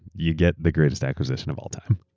you get the greatest acquisition of all time.